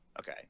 okay